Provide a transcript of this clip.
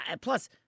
Plus